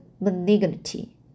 malignity